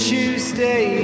Tuesday